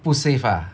不 safe ah